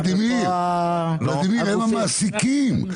ולדימיר, הם המעסיקים.